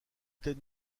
ted